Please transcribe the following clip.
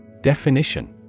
Definition